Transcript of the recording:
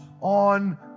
on